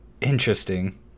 Interesting